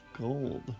gold